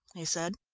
he said.